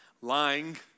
lying